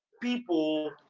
people